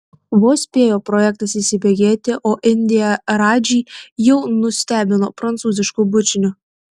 vos spėjo projektas įsibėgėti o indija radžį jau nustebino prancūzišku bučiniu